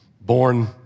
born